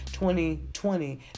2020